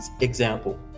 example